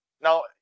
Now